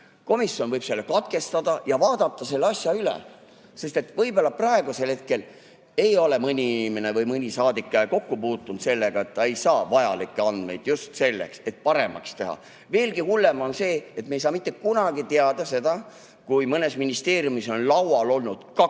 Komisjon võib [lugemise] katkestada ja vaadata selle asja üle. Võib-olla praegusel hetkel ei ole mõni inimene või saadik kokku puutunud sellega, et ta ei saa vajalikke andmeid just selleks, et [midagi] paremaks teha. Veelgi hullem on see, et me ei saa mitte kunagi teada, kui mõnes ministeeriumis on laual olnud kaks